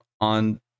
on